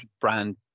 brand